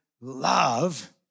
love